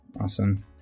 awesome